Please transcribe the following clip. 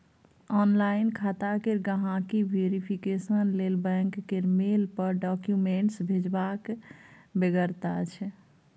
online खाता केर गांहिकी वेरिफिकेशन लेल बैंक केर मेल पर डाक्यूमेंट्स भेजबाक बेगरता छै